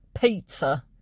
pizza